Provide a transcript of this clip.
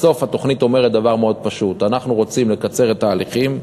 בסוף התוכנית אומרת דבר מאוד פשוט: אנחנו רוצים לקצר את ההליכים.